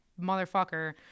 motherfucker